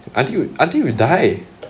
until you until we die